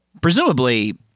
presumably